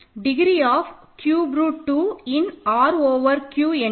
degree of cube root 2 in R over Q என்ன